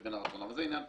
אבל זה עניין פנימי.